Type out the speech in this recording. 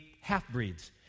half-breeds